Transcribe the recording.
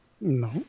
No